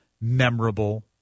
memorable